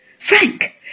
Frank